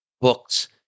Books